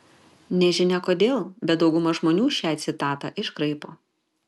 nežinia kodėl bet dauguma žmonių šią citatą iškraipo